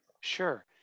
Sure